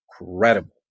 incredible